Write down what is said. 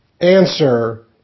Answer